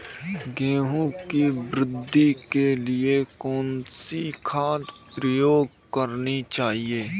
गेहूँ की वृद्धि के लिए कौनसी खाद प्रयोग करनी चाहिए?